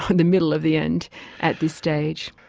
um the middle of the end at this stage.